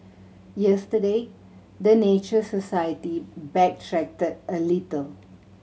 yesterday the Nature Society backtracked a little